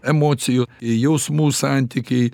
emocijų jausmų santykiai